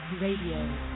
Radio